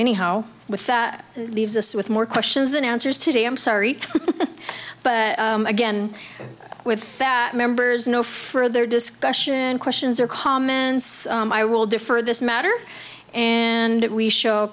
anyhow with that the us with more questions than answers today i'm sorry but again with that members no further discussion questions or comments i will defer this matter and we show